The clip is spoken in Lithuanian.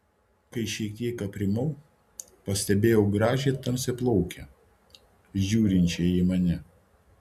kai šiek tiek aprimau pastebėjau gražią tamsiaplaukę žiūrinčią į mane